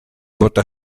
bota